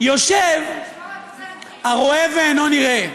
יושב הרואה ואינו נראה,